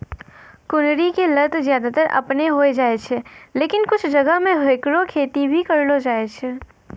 कुनरी के लत ज्यादातर आपनै होय जाय छै, लेकिन कुछ जगह मॅ हैकरो खेती भी करलो जाय छै